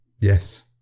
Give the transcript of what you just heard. yes